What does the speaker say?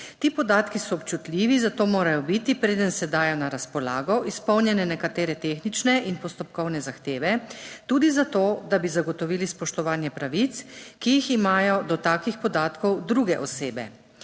Ti podatki so občutljivi, zato morajo biti, preden se dajo, na razpolago. Izpolnjene nekatere tehnične in postopkovne zahteve, tudi za to, da bi zagotovili spoštovanje pravic, ki jih imajo do takih podatkov druge osebe.